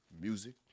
music